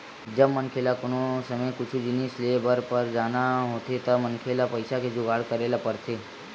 जब मनखे ल कोनो समे कुछु जिनिस लेय बर पर जाना होथे त मनखे ल पइसा के जुगाड़ करे ल परथे